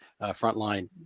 frontline